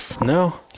No